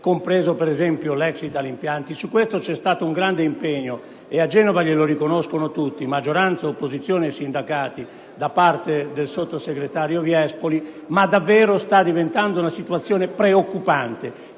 compresa l'ex Italimpianti. Su questo c'è stato un grande impegno ‑ e a Genova glielo riconoscono tutti: maggioranza, opposizione e sindacati ‑ da parte del sottosegretario Viespoli, ma la situazione sta diventando davvero preoccupante